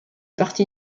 partie